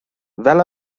fel